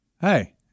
Hey